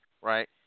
right